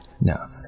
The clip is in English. No